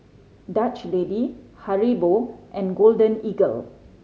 Dutch Lady Haribo and Golden Eagle